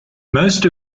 most